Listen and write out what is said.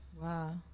Wow